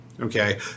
okay